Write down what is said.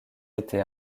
été